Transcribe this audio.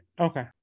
Okay